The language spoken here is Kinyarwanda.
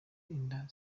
inda